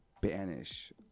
banish